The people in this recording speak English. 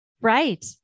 right